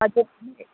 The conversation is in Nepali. हजुर